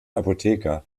apotheker